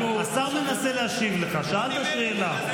השר מנסה להשיב לך, שאלת שאלה.